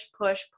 push